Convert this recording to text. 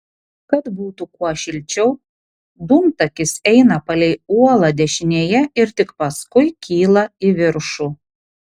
kad būtų kuo šilčiau dūmtakis eina palei uolą dešinėje ir tik paskui kyla į viršų